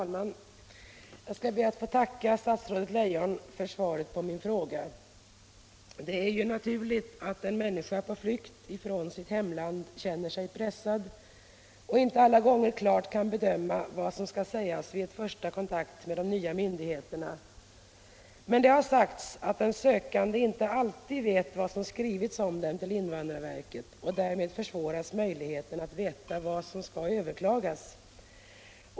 Herr talman! Jag skall be att få tacka statsrådet Leijon för svaret på min fråga. Det är naturligt att en människa på flykt från sitt hemland känner sig pressad och inte alla gånger klart kan bedöma vad som skall sägas vid en första kontakt med myndigheterna i det nya landet. Men det har sagts att den sökande inte alltid vetat vad som skrivits om vederbörande till invandrarverket. Därmed försvåras också möjligheterna att veta vad som skall överklagas.